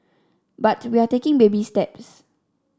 but we are taking baby steps